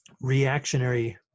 reactionary